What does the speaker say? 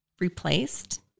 replaced